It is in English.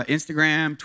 Instagram